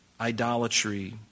Idolatry